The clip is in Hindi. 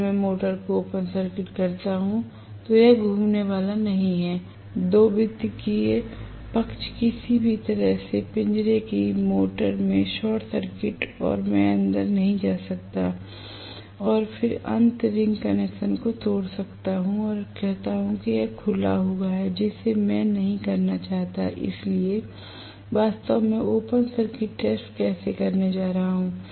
अगर मैं मोटर को ओपन सर्किट करता हूं तो यह घूमने वाला नहीं है और द्वितीयक पक्ष किसी भी तरह से पिंजरे की मोटर में शॉर्ट सर्किट है मैं अंदर नहीं जा सकता और फिर अंत रिंग कनेक्शन को तोड़ सकता हूं और कहता हूं कि यह खुला हुआ है जिसे मैं नहीं करना चाहता हूं इसलिए मैं वास्तव में ओपन सर्किट टेस्ट कैसे करने जा रहा हूं